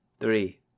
three